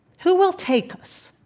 who will take us?